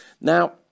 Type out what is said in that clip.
Now